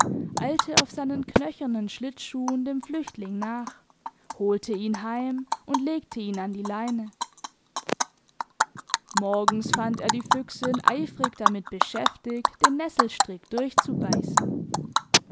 eilte auf seinen knöchernen schlittschuhen dem flüchtling nach holte ihn heim und legte ihn an die leine morgens fand er die füchsin eifrig damit beschäftigt den nesselstrick durchzubeißen